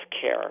care